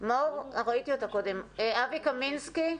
אבי קמינסקי,